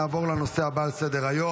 נעבור לנושא הבא על סדר-היום,